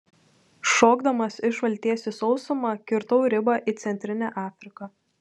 šokdamas iš valties į sausumą kirtau ribą į centrinę afriką